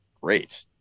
great